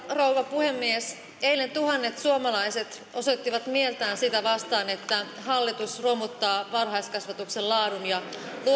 puhemies eilen tuhannet suomalaiset osoittivat mieltään sitä vastaan että hallitus romuttaa varhaiskasvatuksen laadun ja tuo suomeen lasten